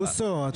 ממש לא, ממש לא.